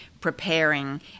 preparing